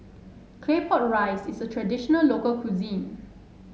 Claypot Rice is a traditional local cuisine